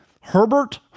Herbert